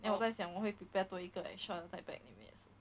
then 我在想我会 prepared 多一个 extra 的在 bag 里面